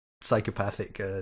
psychopathic